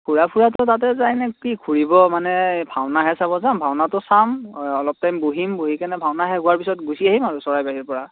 ঘূৰা ফুৰাটো তাতে যায় নে কি ঘূৰিব মানে ভাওনা হে চাব যাম ভাওনাটো চাম অলপ টাইম বহিম বহি কেনে ভাওনা শেষ হোৱাৰ পিছত গুচি আহিম আৰু চৰাইবাৰীৰ পৰা